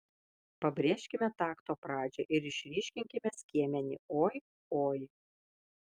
pabrėžkime takto pradžią ir išryškinkime skiemenį oi oi